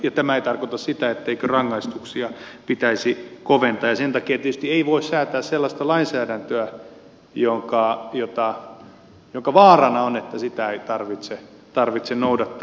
ja tämä ei tarkoita sitä etteikö rangaistuksia pitäisi koventaa ja sen takia tietysti ei voi säätää sellaista lainsäädäntöä jonka vaarana on että sitä ei tarvitse noudattaa